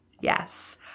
Yes